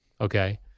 okay